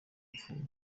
apfuye